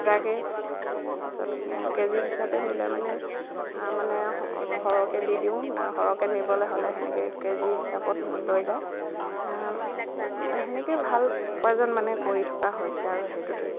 গোটাকৈ তাৰ পিছত কেজি হিচাপে নিলে মানে মানে সৰহকৈ দি দিওঁ সৰহকৈ নিবলৈ হ'লে সেনেকৈ কেজি হিচাপত লৈ যায় সেনেকৈ ভাল উপাৰ্জন মানে কৰি থকা হৈছে আৰু সেইটোতে